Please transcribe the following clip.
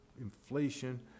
inflation